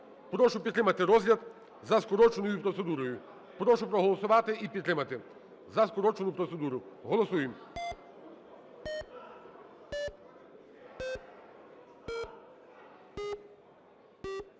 Прошу підтримати розгляд за скороченою процедурою, прошу проголосувати і підтримати за скорочену процедуру, голосуємо.